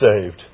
saved